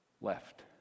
left